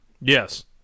Yes